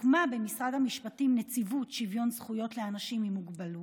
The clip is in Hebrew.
הוקמה במשרד המשפטים נציבות שוויון זכויות לאנשים עם מוגבלות.